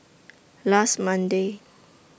last Monday